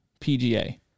PGA